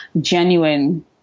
genuine